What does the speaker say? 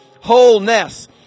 Wholeness